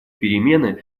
перемены